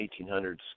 1800s